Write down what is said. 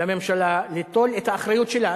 לממשלה ליטול את האחריות שלה.